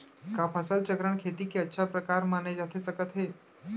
का फसल चक्रण, खेती के अच्छा प्रकार माने जाथे सकत हे?